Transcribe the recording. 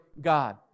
God